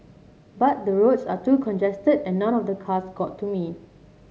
but the roads are too congested and none of the cars got to me